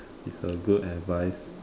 it's a good advice